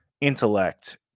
intellect